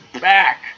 back